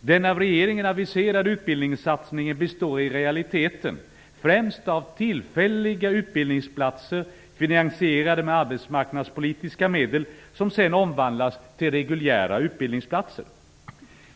Den av regeringen aviserade utbildningssatsningen består i realiteten främst av tillfälliga utbildningsplatser, finansierade med arbetsmarknadspolitiska medel, som sedan omvandlas till reguljära utbildningsplatser.